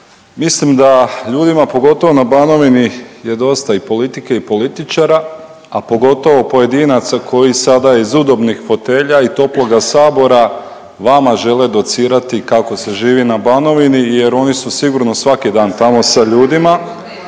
mislim da ljudima pogotovo na Banovini je dosta i politike i političara, a pogotovo pojedinaca koji sada iz udobnih fotelja i toploga sabora vama žele docirati kako se živi na Banovini jer oni su sigurno svaki dan tamo sa ljudima